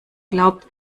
glaubt